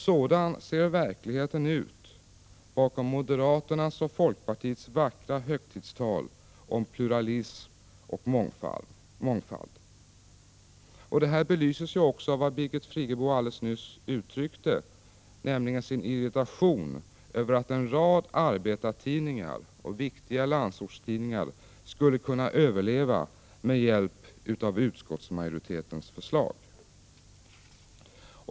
Sådan ser verkligheten ut bakom moderaternas och folkpartiets vackra högtidstal om pluralism och mångfald. 59 Det här belyses ju också av att Birgit Friggebo alldeles nyss uttryckte sin irritation över att en rad arbetartidningar och viktiga landsortstidningar skulle kunna överleva med hjälp av utskottsmajoritetens förslag.